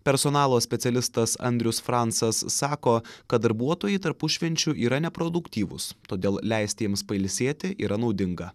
personalo specialistas andrius francas sako kad darbuotojai tarpušvenčiu yra neproduktyvūs todėl leisti jiems pailsėti yra naudinga